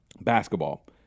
basketball